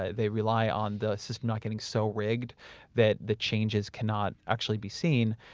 ah they rely on the system not getting so rigged that the changes cannot actually be seen.